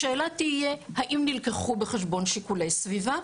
השאלה תהיה האם נלקחו בחשבון שיקולי סביבה,